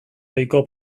ohiko